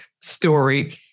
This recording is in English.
story